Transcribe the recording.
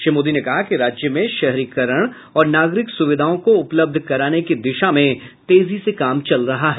श्री मोदी ने कहा कि राज्य में शहरीकरण और नागरिक सुविधाओं को उपलब्ध कराने की दिशा में तेजी से काम चल रहा है